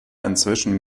inzwischen